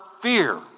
fear